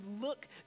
look